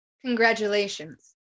Congratulations